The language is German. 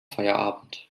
feierabend